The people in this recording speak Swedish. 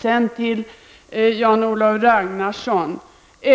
Sedan till Jan-Olof Ragnarsson.